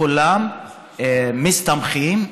כולם מסתמכים,